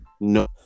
No